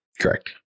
Correct